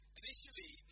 initially